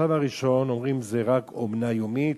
השלב הראשון, אומרים: זה רק אומנה יומית,